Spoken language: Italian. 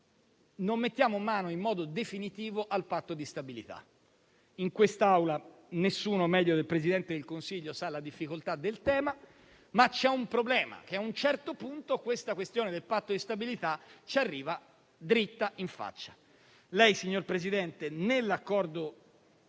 non mettiamo mano in modo definitivo al patto di stabilità. In quest'Aula nessuno meglio del Presidente del Consiglio conosce la difficoltà del tema, ma c'è il problema che a un certo punto la questione del patto di stabilità ci arriva dritta in faccia. Lei, signor Presidente del